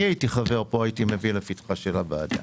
הייתי חבר פה הייתי מביא לפתחה של הוועדה.